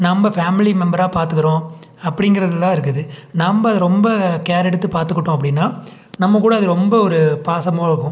நம்ம ஃபேமிலி மெம்பராக பாத்துக்கிறோம் அப்படிங்குறதுல தான் இருக்குது நம்ம ரொம்ப கேர் எடுத்து பாத்துக்கிட்டோம் அப்படின்னா நம்ம கூட அது ரொம்ப ஒரு பாசமாக இருக்கும்